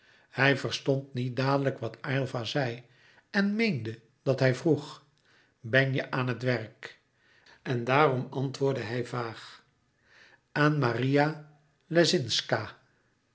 hij verstond niet dadelijk wat aylva zei en meende dat hij vroeg ben je aan het werk en daarom antwoordde hij vaag aan maria lescinszca